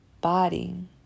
body